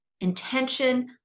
intention